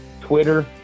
Twitter